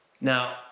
Now